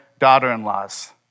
daughter-in-laws